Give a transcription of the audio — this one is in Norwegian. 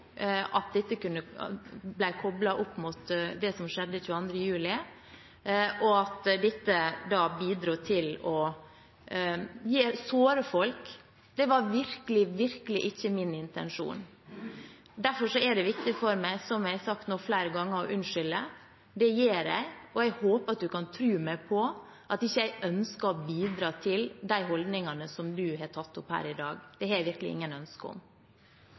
at dette kunne bli koblet opp mot det som skjedde 22. juli, og at dette da bidro til å såre folk. Det var virkelig, virkelig ikke min intensjon. Derfor er det viktig for meg, som jeg har sagt nå flere ganger, å unnskylde. Det gjør jeg, og jeg håper at en kan tro meg på at jeg ikke ønsker å bidra til de holdningene som en har tatt opp her i dag. Det har jeg virkelig ikke noe ønske om.